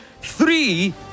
three